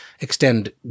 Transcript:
extend